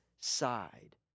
side